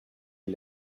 est